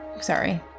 Sorry